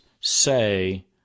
say